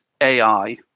AI